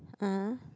ah